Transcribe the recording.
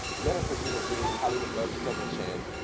let her pursue her dream. hollywood loves a second chance.